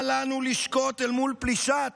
אל לנו לשקוט אל מול פלישת